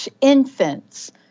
infants